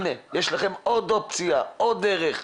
הנה יש לכם עוד אופציה, עוד דרך למגר.